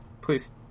Please